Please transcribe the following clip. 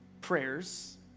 prayers